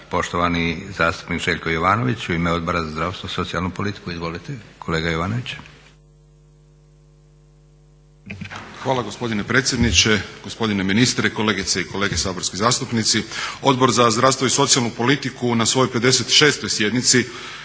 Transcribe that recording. Poštovani zastupnik Željko Jovanović, u ime Odbora za zdravstvo i socijalnu politiku. Izvolite kolega Jovanović. **Jovanović, Željko (SDP)** Hvala gospodine predsjedniče, gospodine ministre, kolegice i kolege saborski zastupnici. Odbor za zdravstvo i socijalnu politiku na svojoj 56. sjednici